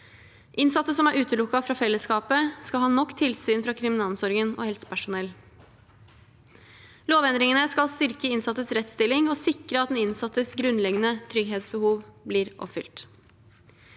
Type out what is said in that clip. Innsatte som er utelukket fra fellesskapet, skal ha nok tilsyn fra kriminalomsorgen og helsepersonell. Lovendringene skal styrke innsattes rettsstilling og sikre at den innsattes grunnleggende trygghetsbehov blir oppfylt.